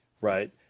Right